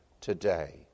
today